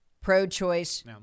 pro-choice